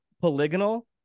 polygonal